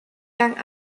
lang